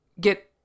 get